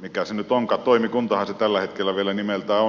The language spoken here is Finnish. mikä se nyt onkaan toimikuntahan se tällä hetkellä vielä nimeltään on